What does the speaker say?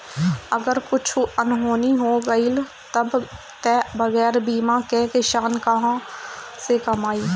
अगर कुछु अनहोनी हो गइल तब तअ बगैर बीमा कअ किसान कहां से कमाई